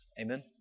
Amen